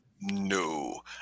No